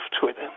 Twitter